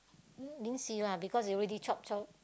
didn't see lah because they already chop chop